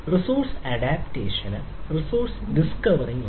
resource അഡാപ്റ്റേഷന് ഉണ്ട്